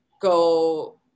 go